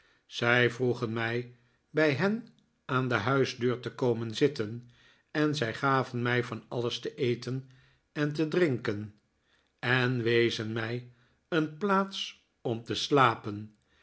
zij vroegen mij bij hen aan de huisdeur te komen zitten en zij gaven mij van alles te eten en te drinken en wezen mij een plaats om te slapen